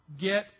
get